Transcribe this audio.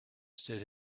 said